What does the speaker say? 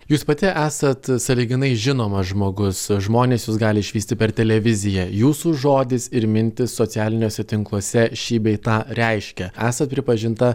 jūs pati esat sąlyginai žinomas žmogus žmonės jus gali išvysti per televiziją jūsų žodis ir mintis socialiniuose tinkluose šį bei tą reiškia esat pripažinta